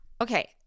okay